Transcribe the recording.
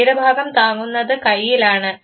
ശരീരഭാരം താങ്ങുന്നത് കയ്യിലാണ്